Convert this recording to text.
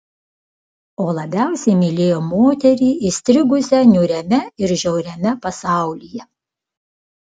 o labiausiai mylėjo moterį įstrigusią niūriame ir žiauriame pasaulyje